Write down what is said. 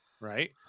right